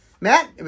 Matt